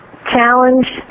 Challenge